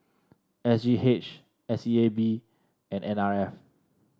S G H S E A B and N R F